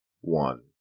one